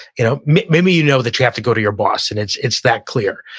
you know maybe you know that you have to go to your boss and it's it's that clear.